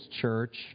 church